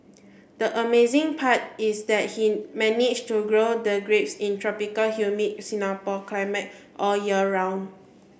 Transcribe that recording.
the amazing part is that he manage to grow the grapes in tropical humid Singapore climate all year round